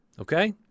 Okay